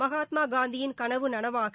மகாத்மாகாந்தியின் கனவு நனவாக